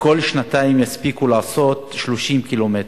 ובכל שנתיים יספיקו לעשות 30 קילומטר,